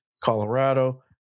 Colorado